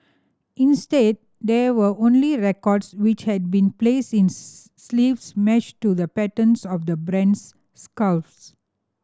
instead there were only records which had been placed in sleeves matched to the patterns of the brand's scarves